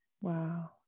Wow